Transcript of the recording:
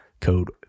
code